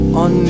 on